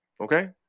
okay